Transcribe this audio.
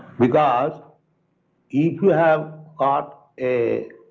because if you have got a,